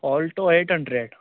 alto eight hundred